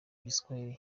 igiswahili